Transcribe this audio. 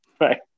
right